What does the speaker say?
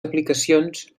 aplicacions